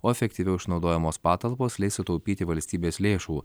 o efektyviau išnaudojamos patalpos leis sutaupyti valstybės lėšų